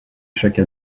chaque